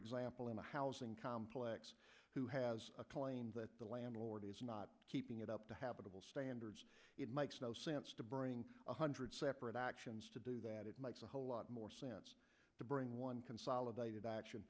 example in a housing complex who has a claim that the landlord is not keeping it up to habitable standards it makes no sense to bring one hundred separate actions to do that it makes a whole lot more sense to bring one consolidated a